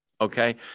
Okay